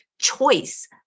choice